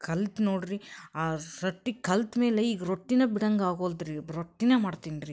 ಕಲ್ತು ನೋಡಿರಿ ಆ ರೊಟ್ಟಿ ಕಲ್ತು ಮೇಲೆ ಈಗ ರೊಟ್ಟಿನೇ ಬಿಡಂಗೆ ಆಗೋಲ್ದು ರಿ ರೊಟ್ಟಿನೇ ಮಾಡ್ತೀನಿ ರೀ